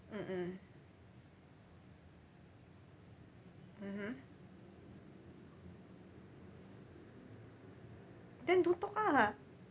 mm mm mmhmm then don't talk ah